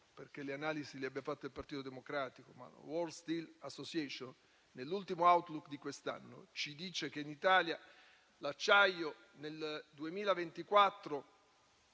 perché le analisi le abbia fatte il Partito Democratico, che World Steel Association nell'ultimo *outlook* di quest'anno, ci dice che in Italia nel 2024